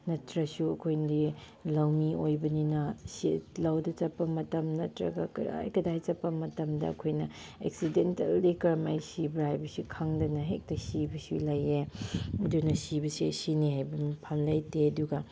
ꯅꯠꯇ꯭ꯔꯁꯨ ꯑꯩꯈꯣꯏꯅꯗꯤ ꯂꯧꯃꯤ ꯑꯣꯏꯕꯅꯤꯅ ꯁꯦ ꯂꯧꯗ ꯆꯠꯄ ꯃꯇꯝ ꯅꯠꯇ꯭ꯔꯒ ꯀꯗꯥꯏ ꯀꯗꯥꯏ ꯆꯠꯄ ꯃꯇꯝꯗ ꯑꯩꯈꯣꯏꯅ ꯑꯦꯛꯁꯤꯗꯦꯟ ꯇꯧꯔꯗꯤ ꯀꯔꯝꯍꯥꯏꯅ ꯁꯤꯕ꯭ꯔ ꯍꯥꯏꯕꯁꯤ ꯈꯪꯗꯅ ꯍꯦꯛꯇ ꯁꯤꯕꯁꯨ ꯂꯩꯌꯦ ꯑꯗꯨꯅ ꯁꯤꯕꯁꯦ ꯁꯤꯅꯦ ꯍꯥꯏꯕ ꯃꯐꯝ ꯂꯩꯇꯦ ꯑꯗꯨꯒ